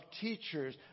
teachers